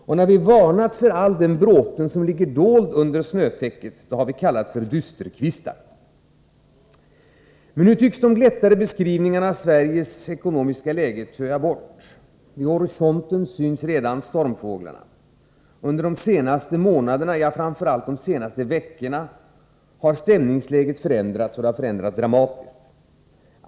Och när vi varnat för all den bråte som ligger dold under snötäcket har vi kallats för dysterkvistar. Nu tycks de glättade beskrivningarna av Sveriges ekonomiska läge töa bort. Vid horisonten syns redan stormfåglarna. Under de senaste månaderna, ja, framför allt de senaste veckorna, har stämningsläget förändrats dramatiskt.